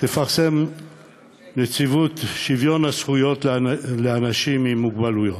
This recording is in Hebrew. תפרסם נציבות שוויון זכויות לאנשים עם מוגבלות.